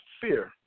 fear